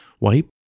Wipe